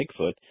Bigfoot